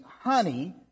honey